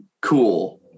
cool